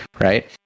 right